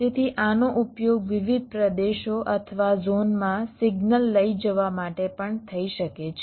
તેથી આનો ઉપયોગ વિવિધ પ્રદેશો અથવા ઝોનમાં સિગ્નલ લઈ જવા માટે પણ થઈ શકે છે